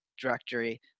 directory